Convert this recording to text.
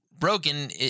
broken